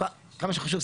כמה שחשוב,